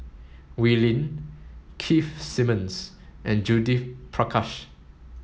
Wee Lin Keith Simmons and Judith Prakash